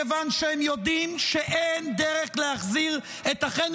מכיוון שהם יודעים שאין דרך להחזיר את אחינו